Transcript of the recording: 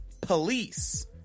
police